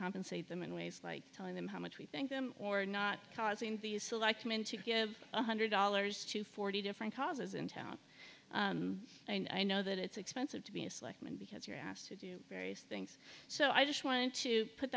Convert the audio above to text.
compensate them in ways like telling them how much we thank them for not causing the selectmen to give one hundred dollars to forty different causes in town and i know that it's expensive to be a slick because you're asked to do various things so i just wanted to put